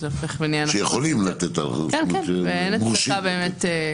שיכולים לתת הלוואות, שמורשים לתת.